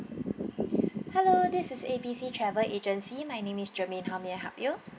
hello this is A B C travel agency my name is germaine how may I help you